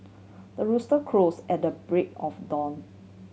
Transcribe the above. the rooster crows at the break of dawn